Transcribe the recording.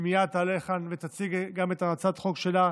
שמייד תעלה לכאן ותציג את הצעת החוק שלה,